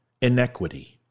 inequity